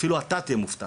תהיה מופתע